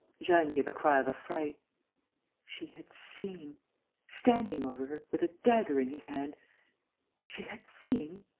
jeanne gave a cry of affright. she had seen standing over her, with a dagger in his hand she had seen.